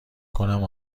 کنم